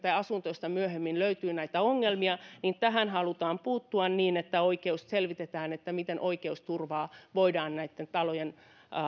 tai asunto josta myöhemmin löytyy näitä ongelmia niin tähän halutaan puuttua niin että selvitetään miten oikeusturva voidaan näitten talojen